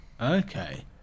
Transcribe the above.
okay